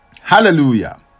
Hallelujah